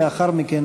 ולאחר מכן,